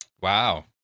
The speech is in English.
Wow